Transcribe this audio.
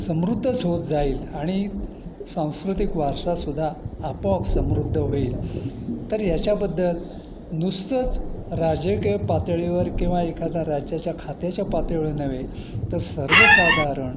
समृद्धच होत जाईल आणि सांस्कृतिक वारसा सुद्धा आपोआप समृद्ध होईल तर याच्याबद्दल नुसतंच राजकीय पातळीवर किंवा एखादा राज्याच्या खात्याच्या पातळीवर नव्हे तर सर्वसाधारण